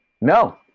No